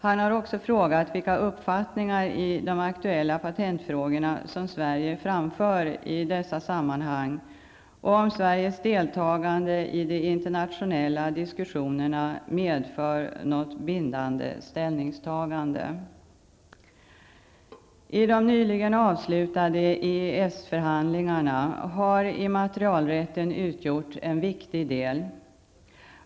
Han har också frågat vilka uppfattningar i de aktuella patentfrågorna som Sverige framför i dessa sammanhang och om Sveriges deltagande i de internationella diskussionerna medför något bindande ställningstagande. I de nyligen avslutade EES-förhandlingarna har immaterialrätten utgjort en viktig del.